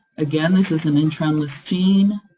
again, this is an intron-less gene.